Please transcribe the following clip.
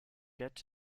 get